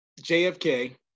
JFK